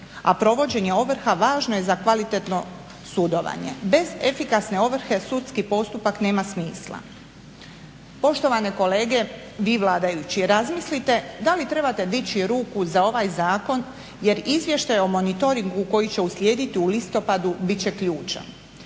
a provođenje ovrha važno je za kvalitetno sudovanje. Bez efikasne ovrhe sudski postupak nema smisla. Poštovane kolege vi vladajući razmislite da li trebate dići ruku za ovaj zakon jer izvještaj o monitoringu koji će uslijediti u listopadu bit će ključan.